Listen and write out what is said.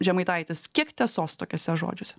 žemaitaitis kiek tiesos tokiuose žodžiuose